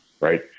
right